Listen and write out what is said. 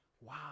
Wow